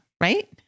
right